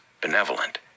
benevolent